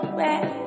back